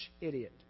idiot